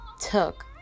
took